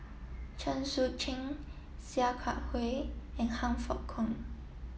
Chen Sucheng Sia Kah Hui and Han Fook Kwang